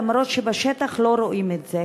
אף שבשטח לא רואים את זה,